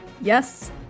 Yes